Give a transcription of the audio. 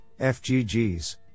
FGGs